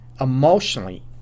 emotionally